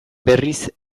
berriz